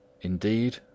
Indeed